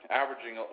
averaging